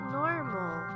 normal